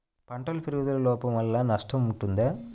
పంటల పెరుగుదల లోపం వలన నష్టము ఉంటుందా?